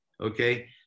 okay